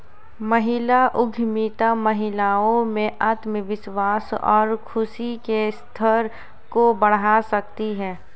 महिला उद्यमिता महिलाओं में आत्मविश्वास और खुशी के स्तर को बढ़ा सकती है